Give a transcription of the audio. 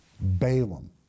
Balaam